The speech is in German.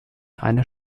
eines